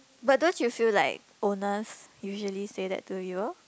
but don't you feel like owners usually say that to you